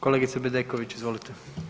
Kolegice Bedeković, izvolite.